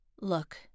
Look